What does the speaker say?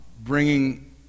bringing